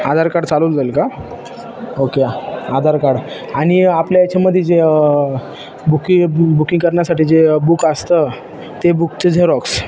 आधार card चालवलं जाईल का ओके आधार कार्ड आणि आपल्या याच्यामध्ये जे बुकि ब बुकिंग करण्यासाठी जे बूक असतं ते बूकचे झेरॉक्स